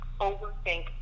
overthink